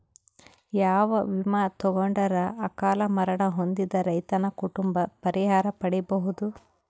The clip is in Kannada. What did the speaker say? ಯಾವ ವಿಮಾ ತೊಗೊಂಡರ ಅಕಾಲ ಮರಣ ಹೊಂದಿದ ರೈತನ ಕುಟುಂಬ ಪರಿಹಾರ ಪಡಿಬಹುದು?